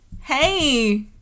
hey